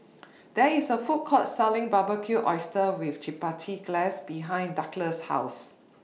There IS A Food Court Selling Barbecued Oysters with Chipotle Glaze behind Douglas' House